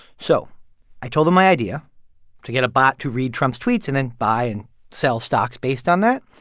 so i told him my idea to get a bot to read trump's tweets and then buy and sell stocks based on that.